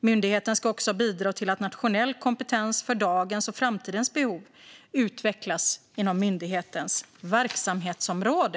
Myndigheten ska också bidra till att nationell kompetens för dagens och framtidens behov utvecklas inom myndighetens verksamhetsområde.